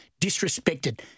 disrespected